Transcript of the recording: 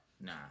Nah